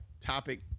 topic